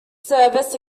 service